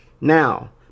Now